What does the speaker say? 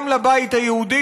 גם לבית היהודי,